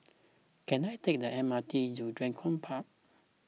can I take the M R T to Draycott Park